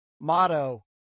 motto